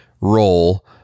role